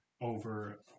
over